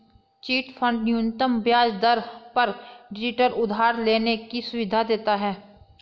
chit fund न्यूनतम ब्याज दर पर डिजिटल उधार लेने की सुविधा देता है